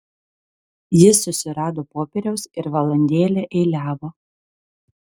jis susirado popieriaus ir valandėlę eiliavo